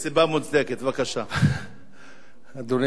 אדוני היושב-ראש, כנסת